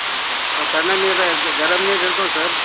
ಹೌದಾ ಸರ್ರ ಸಲ್ಪ ತಣ್ಣ ನೀರು ಇರ್ತ್ ಗರಮ್ ನೀರು ಇರ್ತದ್ಯ ಸರ್